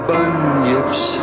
Bunyip's